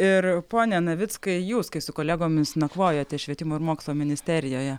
ir pone navickai jūs kai su kolegomis nakvojote švietimo ir mokslo ministerijoje